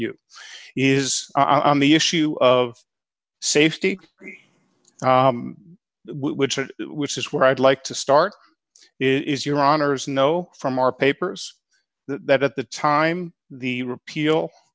you is on the issue of safety which is which is where i'd like to start is your honour's know from our papers that at the time the repeal